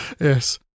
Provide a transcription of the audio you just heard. Yes